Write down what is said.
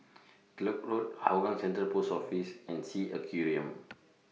Kellock Road Hougang Central Post Office and S E A Aquarium